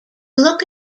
look